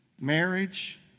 marriage